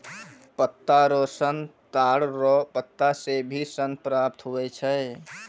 पत्ता रो सन ताड़ रो पत्ता से भी सन प्राप्त हुवै छै